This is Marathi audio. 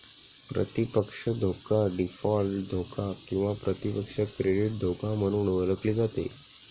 प्रतिपक्ष धोका डीफॉल्ट धोका किंवा प्रतिपक्ष क्रेडिट धोका म्हणून ओळखली जाते